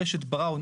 רשת בראון,